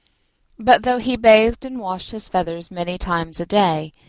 but though he bathed and washed his feathers many times a day,